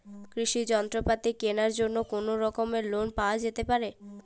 কৃষিযন্ত্রপাতি কেনার জন্য কোনোরকম লোন পাওয়া যেতে পারে?